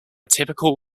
typical